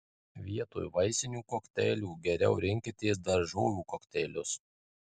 vietoj vaisinių kokteilių geriau rinkitės daržovių kokteilius